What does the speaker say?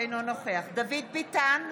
אינו נוכח דוד ביטן,